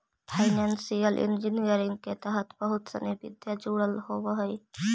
financial engineering के अंतर्गत बहुत सनि विधा जुडल होवऽ हई